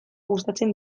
gustatzen